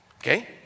okay